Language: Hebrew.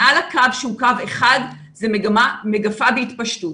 מעל לקו שהוא קו אחד זה מגמה של מגפה בהתפשטות,